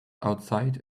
outside